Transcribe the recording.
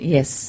Yes